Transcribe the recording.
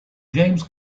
james